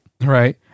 Right